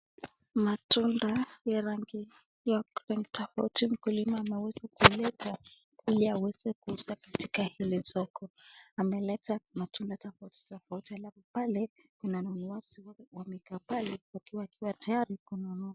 Matunda ya rangi ya rangi tofauti mkulima anaweza kuleta ili aweze kuuza katika hili soko . Ameleta matunda tofauti tofauti halafu pale kuna wanunuzi wamekaa pale wakiwa tayari kununua.